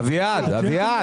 אביעד, אביעד.